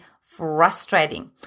frustrating